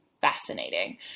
fascinating